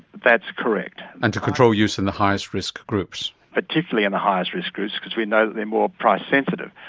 that's correct. and to control use in the highest risk groups. particularly in the highest risk groups because we know that they are more price sensitive.